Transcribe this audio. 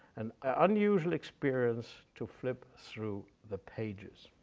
an unusual experience to flip through the pages.